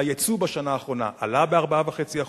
היצוא בשנה האחרונה עלה ב-4.5%,